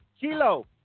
Kilo